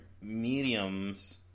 mediums